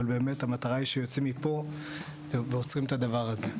אבל באמת המטרה היא שיוצאים מפה ועוצרים את הדבר הזה.